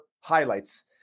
highlights